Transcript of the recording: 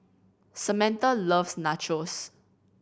Samantha loves Nachos